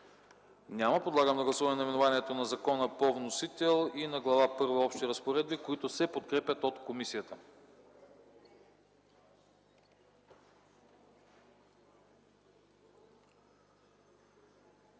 Няма. Подлагам на гласуване наименованието на закона по вносител и на Глава първа – „Общи разпоредби”, които се подкрепят от комисията.